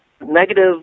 negative